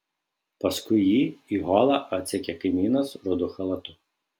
paskui jį į holą atsekė kaimynas rudu chalatu